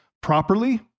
properly